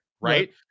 right